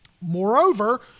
Moreover